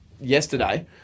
Yesterday